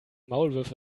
maulwürfe